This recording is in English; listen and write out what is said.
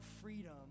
freedom